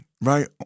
right